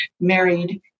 married